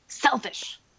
selfish